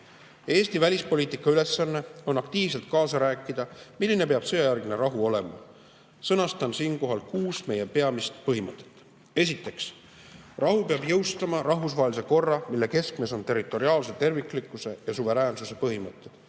sõja. Eesti välispoliitika ülesanne on aktiivselt kaasa rääkida, milline peab sõjajärgne rahu olema. Sõnastan siinkohal kuus meie peamist põhimõtet. Esiteks, rahu peab jõustama rahvusvahelise korra, mille keskmes on territoriaalse terviklikkuse ja suveräänsuse põhimõtted;